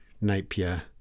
Napier